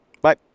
Bye